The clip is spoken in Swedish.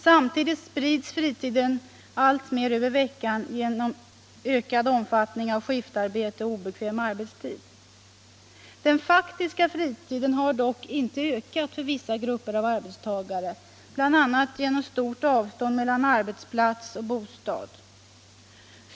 Samtidigt sprids fritiden alltmer över veckan genom ökad omfattning av skiftarbete och obekväm arbetstid. | Den faktiska fritiden har dock inte ökat för vissa grupper av arbetstagare | bl.a. genom stort avstånd mellan arbetsplats och bostad.